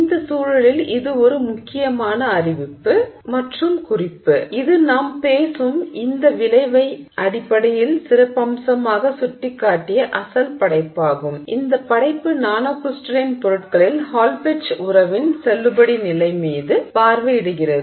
இந்த சூழலில் இது ஒரு முக்கியமான குறிப்பு இது நாம் பேசும் இந்த விளைவை அடிப்படையில் சிறப்பம்சமாக சுட்டிக்காட்டிய அசல் படைப்பாகும் இந்த படைப்பு நானோகிரிஸ்டலின் பொருட்களில் ஹால் பெட்ச் உறவின் செல்லுபடி நிலை மீது பார்வையிடுகிறது